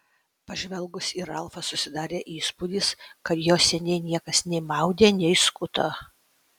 pažvelgus į ralfą susidarė įspūdis kad jo seniai niekas nei maudė nei skuto